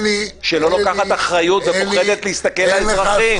שלא לוקחת אחריות ובוחרת להסתכל על האזרחים ולומר להם: 300 חולים קשים.